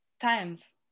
times